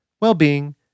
well-being